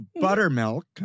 Buttermilk